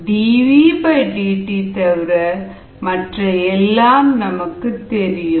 dVdt தவிர மற்ற எல்லாம் நமக்குத் தெரியும்